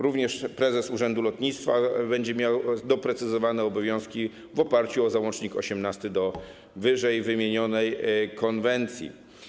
Również prezes urzędu lotnictwa będzie miał doprecyzowane obowiązki w oparciu o załącznik nr 18 do wyżej wymienionej konwencji.